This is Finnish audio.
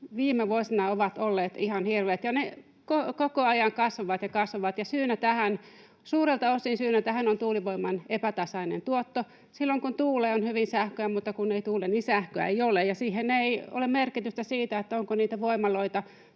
viime vuosina ovat olleet ihan hirveät, ja ne koko ajan kasvavat ja kasvavat, ja suurelta osin syynä tähän on tuulivoiman epätasainen tuotto. Silloin kun tuulee, on hyvin sähköä, mutta kun ei tuule, niin sähköä ei ole, ja siihen ei ole merkitystä sillä, onko niitä voimaloita